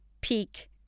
peak